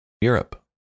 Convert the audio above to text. europe